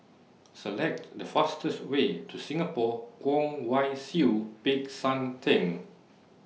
Select The fastest Way to Singapore Kwong Wai Siew Peck San Theng